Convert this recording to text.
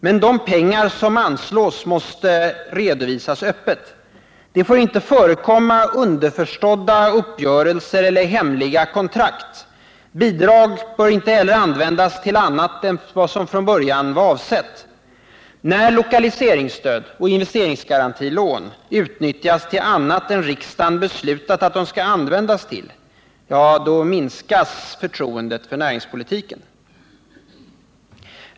Men de pengar som anslås måste redovisas öppet. Det får inte förekomma underförstådda uppgörelser och hemliga kontrakt. Bidrag bör inte heller användas till annat än till vad som från början varit avsett. När lokaliseringsstöd och investeringsgarantilån utnyttjas till annat än vad riksdagen beslutat att de skall användas till, minskas förtroendet för näringspolitiken.